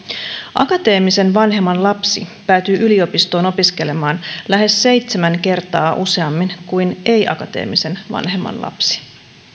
akateemisen vanhemman lapsi päätyy yliopistoon opiskelemaan lähes seitsemän kertaa useammin kuin ei akateemisen vanhemman lapsi